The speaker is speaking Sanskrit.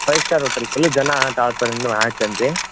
फैव् स्टार् होटेल् खलु जनाः तावत् पर्यन्तम् आगच्छन्ति